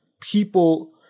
people